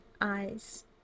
eyes